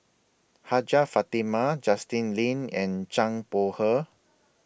Hajjah Fatimah Justin Lean and Zhang Bohe